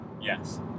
Yes